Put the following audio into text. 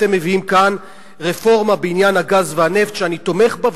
אתם מביאים כאן רפורמה בעניין הגז והנפט שאני תומך בה,